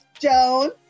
Joan